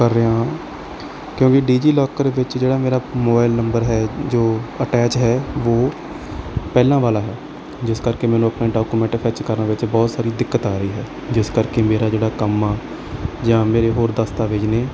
ਕਰ ਰਿਹਾ ਹਾਂ ਕਿਉਂਕਿ ਡੀਜੀ ਲੱਕਰ ਵਿੱਚ ਜਿਹੜਾ ਮੇਰਾ ਮੋਬਾਇਲ ਨੰਬਰ ਹੈ ਜੋ ਅਟੈਚ ਹੈ ਵੋ ਪਹਿਲਾਂ ਵਾਲਾ ਹੈ ਜਿਸ ਕਰਕੇ ਮੈਨੂੰ ਆਪਣੇ ਡਾਕੂਮੈਂਟ ਵਿੱਚ ਕਰਨ ਫਿਚ ਬਹੁਤ ਸਾਰੀ ਦਿੱਕਤ ਆ ਰਹੀ ਹੈ ਜਿਸ ਕਰਕੇ ਮੇਰਾ ਜਿਹੜਾ ਕੰਮ ਆ ਜਾਂ ਮੇਰੇ ਹੋਰ ਦਸਤਾਵੇਜ਼ ਨੇ